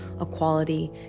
equality